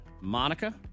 Monica